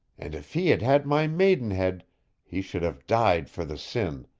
and if he had had my maidenhead he should have died for the sin,